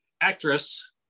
actress